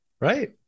Right